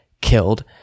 killed